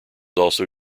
also